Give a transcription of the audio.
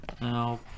Now